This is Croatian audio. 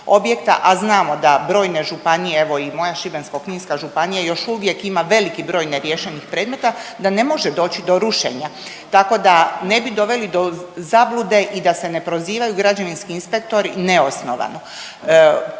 a znamo da brojne županije, evo i moja Šibensko-kninska županija još uvijek ima veliki broj neriješenih predmeta, da ne može doći do rušenja, tako da ne bi doveli do zablude i da se ne prozivaju građevinski inspektori neosnovano.